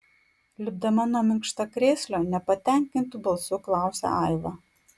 lipdama nuo minkštakrėslio nepatenkintu balsu klausia aiva